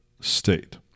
state